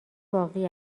باقی